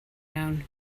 iawn